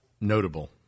notable